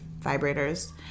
vibrators